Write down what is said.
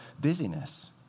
busyness